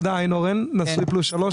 אני נשוי פלוס שלושה,